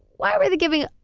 why were they giving.